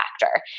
factor